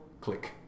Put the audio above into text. click